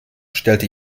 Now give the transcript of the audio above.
stellte